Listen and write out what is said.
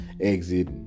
exit